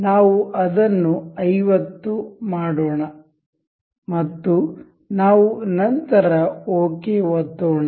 ನಾವು ಅದನ್ನು 50 ಮಾಡೋಣ ಮತ್ತು ನಾವು ನಂತರ ಓಕೆ ಒತ್ತೋಣ